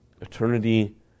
Eternity